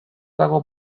dago